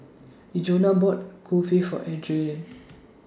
Djuna bought Kulfi For Erlene